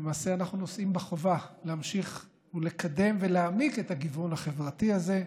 למעשה אנחנו נושאים בחובה להמשיך ולקדם ולהעמיק את הגיוון החברתי הזה,